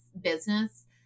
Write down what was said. business